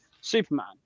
Superman